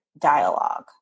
dialogue